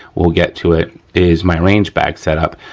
we'll get to it is my range bag setup.